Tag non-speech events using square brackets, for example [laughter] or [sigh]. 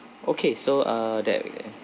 okay so uh that [noise]